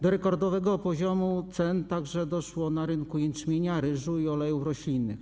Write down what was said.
Do rekordowego poziomu cen także doszło na rynku jęczmienia, ryżu i olejów roślinnych.